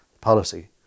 policy